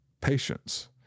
patience